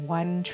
one